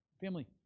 family